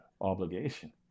obligation